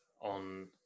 on